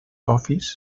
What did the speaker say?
office